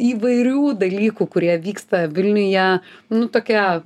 įvairių dalykų kurie vyksta vilniuje nu tokia